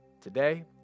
today